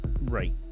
Right